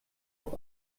auf